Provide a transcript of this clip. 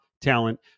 talent